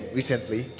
recently